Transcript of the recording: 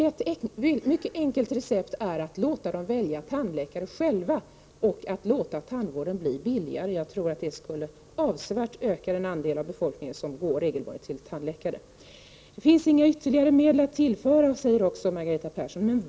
Ett mycket enkelt recept är att låta alla välja sin tandläkare själva och låta tandvården bli billigare. Jag tror att det avsevärt skulle öka den andel av befolkningen som går regelbundet till tandläkare. Det finns inga ytterligare medel att tillföra, säger Margareta Persson.